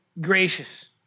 gracious